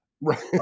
Right